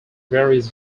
varies